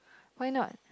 why not